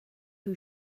who